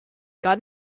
got